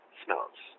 smells